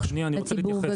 לציבור.